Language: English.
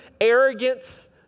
arrogance